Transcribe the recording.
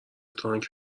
تانک